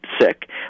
sick